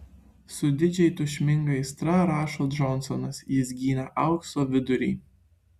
su didžiai tūžminga aistra rašo džonsonas jis gynė aukso vidurį